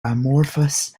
amorphous